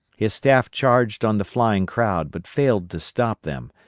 his staff charged on the flying crowd, but failed to stop them,